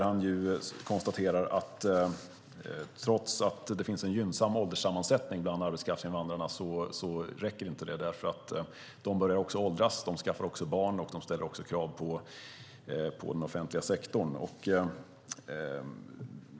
Han konstaterar att trots att det finns en gynnsam ålderssammansättning bland arbetskraftsinvandrarna räcker det inte, eftersom de börjar åldras, skaffar barn och ställer krav på den offentliga sektorn.